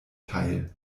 teil